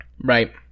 right